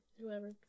whoever